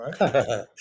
right